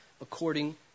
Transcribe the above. according